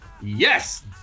Yes